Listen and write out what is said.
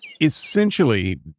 essentially